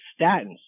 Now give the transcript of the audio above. statins